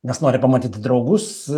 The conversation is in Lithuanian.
nes nori pamatyti draugus